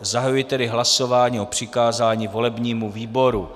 Zahajuji tedy hlasování o přikázání volebnímu výboru.